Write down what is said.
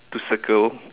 to circle